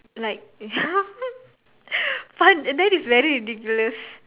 like fun eh that is very ridiculous